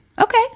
okay